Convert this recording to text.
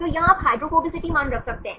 तो यहाँ आप हाइड्रोफोबिसिटी मान रख सकते हैं